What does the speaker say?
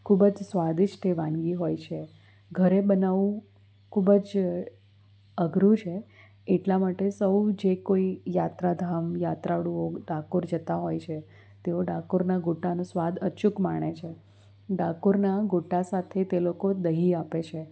ખૂબ જ સ્વાદિષ્ટ એ વાનગી હોય છે ઘરે બનાવવું ખૂબ જ અઘરું છે એટલા માટે સૌ જે કોઈ યાત્રાધામ યાત્રાળુઓ ડાકોર જતાં હોય છે તેઓ ડાકોરના ગોટાનો સ્વાદ અચુક માણે છે ડાકોરના ગોટા સાથે તે લોકો દહીં આપે છે